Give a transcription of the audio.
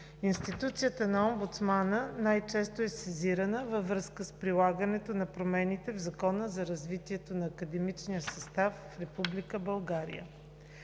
институцията на Омбудсмана най-често е сезирана във връзка с прилагането на промените в Закона за развитието на академичния състав в